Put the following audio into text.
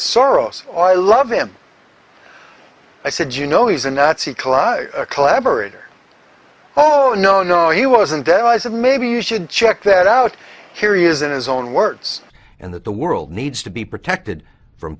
soros i love him i said you know he's a nazi collage collaborator oh no no he wasn't there i said maybe you should check that out here he is in his own words and that the world needs to be protected from